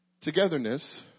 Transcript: Togetherness